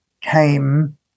came